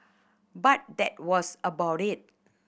but that was about it